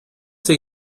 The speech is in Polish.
tej